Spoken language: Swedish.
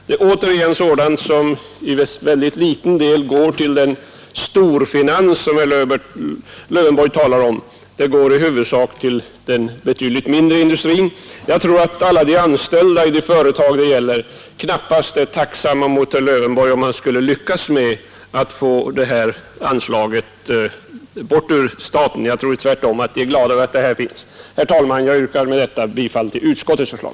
Det är återigen sådant som till mycket liten del går till storfinansen, som herr Lövenborg talar om. Det går i huvudsak till den mindre industrin. Jag tror att alla de anställda i de företag det gäller knappast skulle vara tacksamma om herr Lövenborg skulle lyckas med att få bort detta anslag. Jag tror tvärtom att de är glada över att det utgår. Herr talman! Jag yrkar med dessa ord bifall till utskottets förslag.